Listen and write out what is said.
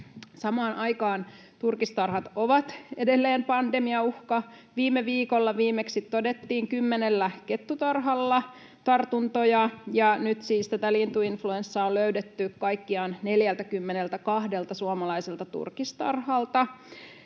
Samaan aikaan turkistarhat ovat edelleen pandemiauhka. Viimeksi viime viikolla todettiin kymmenellä kettutarhalla tartuntoja, ja nyt siis tätä lintuinfluenssaa on löydetty kaikkiaan 42 suomalaiselta turkistarhalta.